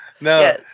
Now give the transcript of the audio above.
No